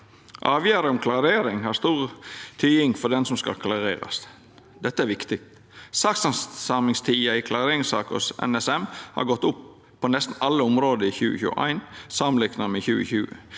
Avgjerd om klarering har stor tyding for den som skal klarerast. Dette er viktig. Sakshandsamingstida i klareringssaker hos NSM hadde gått opp på nesten alle område i 2021 samanlikna med 2020.